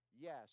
yes